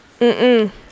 Mm-mm